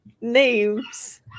names